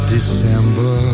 December